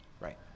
Right